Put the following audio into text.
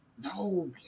no